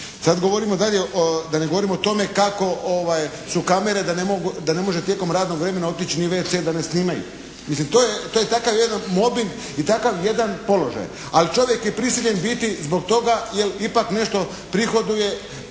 ne govorimo o tome kako su kamere da ne može tijekom radnog vremena otići ni u WC da ne snimaju. Mislim to je takav jedan mobing i takav jedan položaj, ali čovjek je prisiljen biti zbog toga jer ipak nešto prihoduje